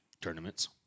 tournaments